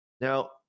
Now